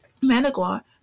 Managua